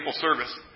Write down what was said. service